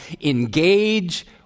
Engage